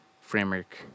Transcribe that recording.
framework